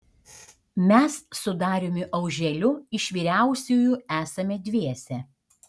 mes su dariumi auželiu iš vyriausiųjų esame dviese